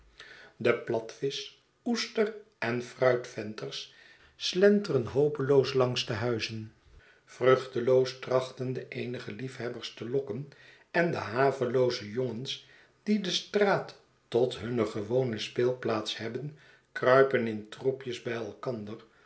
de platvisch oester en fruitventers slenteren hopeloos langs de huizen vruchteloos trachtende eenige liefhebbers te lokken en de havelooze jongens die de straat tot hunne gewone speelplaats hebben kruipen in troepjes bij elkanders